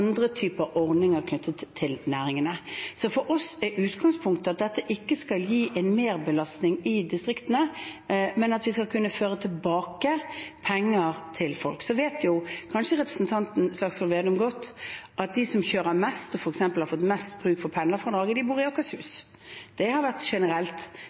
typer ordninger knyttet til næringene. For oss er utgangspunktet at dette ikke skal gi en merbelastning i distriktene, men at vi skal kunne føre tilbake penger til folk. Så vet kanskje representanten Slagsvold Vedum godt at de som kjører mest og f.eks. har fått mest bruk for pendlerfradraget, bor i Akershus – slik har det generelt